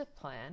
plan